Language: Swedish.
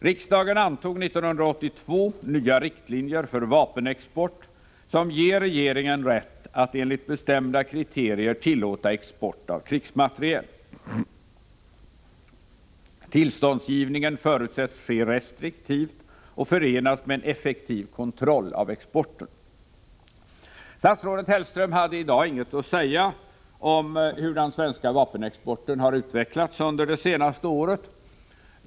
Riksdagen antog 1982 nya riktlinjer för vapenexport, som ger regeringen rätt att enligt bestämda kriterier tillåta export av krigsmateriel. Tillståndsgivningen förutsätts ske restriktivt och förenas med en effektiv kontroll av exporten. Statsrådet Hellström hade i dag inget att säga om hur den svenska vapenexporten har utvecklats under det senaste året.